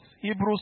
Hebrews